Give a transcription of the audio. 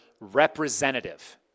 representative